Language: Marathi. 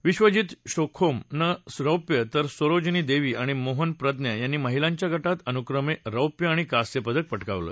बिश्वजित श्रोखोम नं रौप्य तर सरोजनी देवी आणि मोहन प्रज्ञा यांनी महिलांच्या गटात अनुक्रमे रौप्य आणि कांस्य पदक पटकावलं